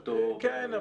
כן.